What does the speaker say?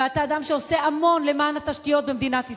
ואתה אדם שעושה המון למען התשתיות במדינת ישראל.